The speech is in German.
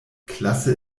klasse